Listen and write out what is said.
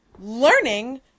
learning